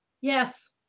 yes